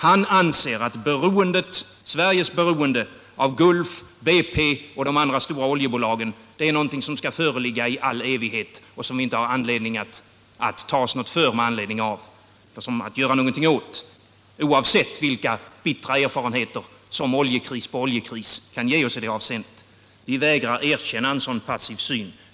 Han anser att Sveriges beroende av Gulf, BP och de andra stora oljebolagen är någonting som skall föreligga i all evighet och som man inte har anledning att göra någonting åt oavsett vilka bittra erfarenheter som oljekris på oljekris kan ge oss i det avseendet. Vi inom vpk vägrar att erkänna en sådan passiv syn.